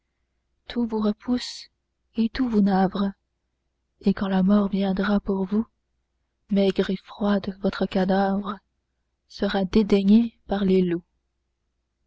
tout vous repousse et tout vous navre et quand la mort viendra pour vous maigre et froide votre cadavre sera dédaigné par les loups